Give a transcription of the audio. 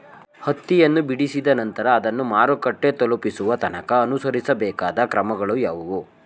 ಹತ್ತಿಯನ್ನು ಬಿಡಿಸಿದ ನಂತರ ಅದನ್ನು ಮಾರುಕಟ್ಟೆ ತಲುಪಿಸುವ ತನಕ ಅನುಸರಿಸಬೇಕಾದ ಕ್ರಮಗಳು ಯಾವುವು?